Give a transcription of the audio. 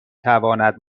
تواند